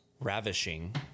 ravishing